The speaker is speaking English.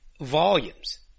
volumes